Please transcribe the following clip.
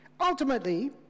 Ultimately